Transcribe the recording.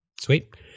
Sweet